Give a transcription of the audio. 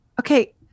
okay